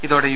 ഇതോടെ യു